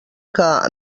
que